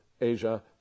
Asia